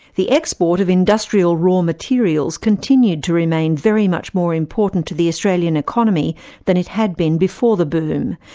the export of industrial raw materials continued to remain very much more important to the australian economy than it had been before the boom.